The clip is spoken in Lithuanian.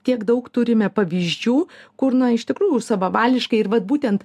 tiek daug turime pavyzdžių kur iš tikrųjų savavališkai ir vat būtent